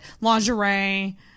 lingerie